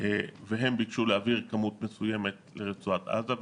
וביקשו להעביר כמות מסוימת לרצועת עזה.